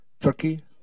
Turkey